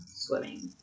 swimming